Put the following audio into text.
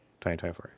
2024